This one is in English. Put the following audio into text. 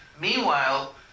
Meanwhile